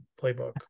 playbook